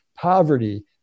poverty